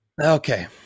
Okay